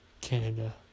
Canada